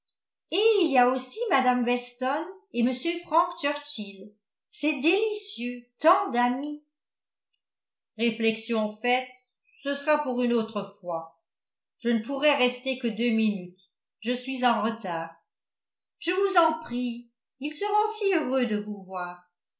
et il y a aussi mme weston et m frank churchill c'est délicieux tant d'amis réflexion faite ce sera pour une autre fois je ne pourrais rester que deux minutes je suis en retard je vous en prie ils seront si heureux de vous voir